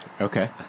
Okay